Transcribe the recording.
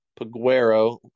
paguero